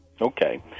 Okay